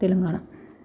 Telangana